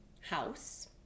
house